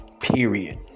period